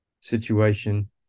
situation